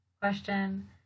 question